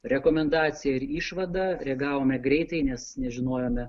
rekomendaciją ir išvadą reagavome greitai nes nežinojome